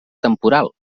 temporal